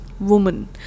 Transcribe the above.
woman